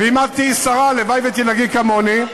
ואם את תהיי שרה הלוואי שתנהגי כמוני,